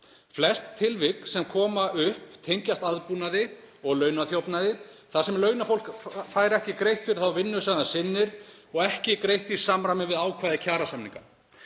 Flest tilvik sem koma upp tengjast aðbúnaði og launaþjófnaði þar sem launafólk fær ekki greitt fyrir þá vinnu sem það sinnir og ekki greitt í samræmi við ákvæði kjarasamninga.